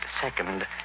Second